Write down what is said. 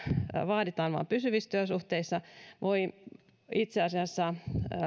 vaaditaan vain pysyvissä työsuhteissa voi itse asiassa